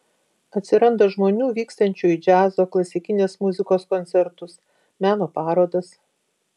atsiranda žmonių vykstančių į džiazo klasikinės muzikos koncertus meno parodas